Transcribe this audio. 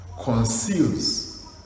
conceals